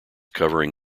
covering